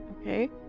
Okay